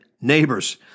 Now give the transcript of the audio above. Neighbors